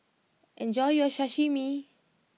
enjoy your Sashimi